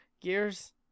Gears